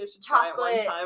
chocolate